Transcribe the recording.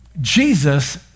Jesus